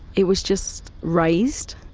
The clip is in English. it was just raised,